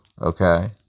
okay